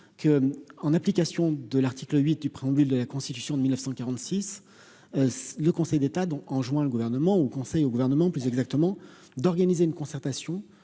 que, en application de l'article 8 du préambule de la Constitution de 1946 le Conseil d'État dont enjoint le gouvernement conseil au gouvernement plus exactement d'organiser une concertation